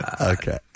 Okay